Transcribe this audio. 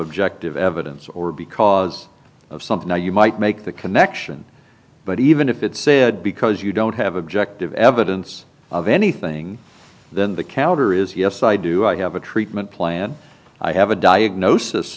objective evidence or because of something now you might make the connection but even if it's said because you don't have objective evidence of anything then the counter is yes i do i have a treatment plan i have a diagnosis